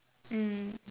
mm